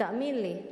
ותאמין לי,